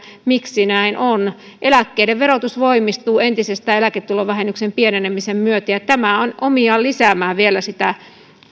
miksi näin on eläkkeiden verotus voimistuu entisestään eläketulovähennyksen pienenemisen myötä ja tämä on omiaan vielä lisäämään sitä